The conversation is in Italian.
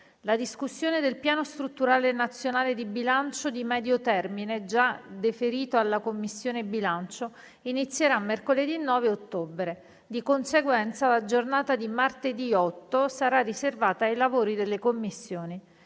La discussione del Piano strutturale nazionale di bilancio di medio termine, già deferito alla Commissione bilancio, inizierà mercoledì 9 ottobre. Di conseguenza, la giornata di martedì 8 sarà riservata ai lavori delle Commissioni.